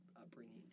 upbringing